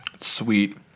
Sweet